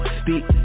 speak